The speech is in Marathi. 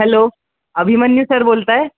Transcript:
हॅलो अभिमन्यू सर बोलताय